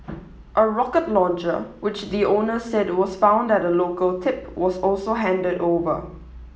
a rocket launcher which the owner said was found at a local tip was also handed over